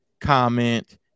comment